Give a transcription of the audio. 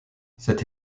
cette